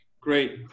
great